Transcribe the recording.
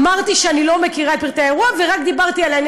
אמרתי שאני לא מכירה את פרטי האירוע,